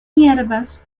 hierbas